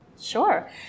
Sure